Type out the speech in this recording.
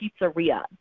pizzeria